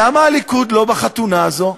למה הליכוד לא בחתונה הזאת?